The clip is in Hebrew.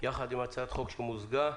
יחד עם הצעת חוק של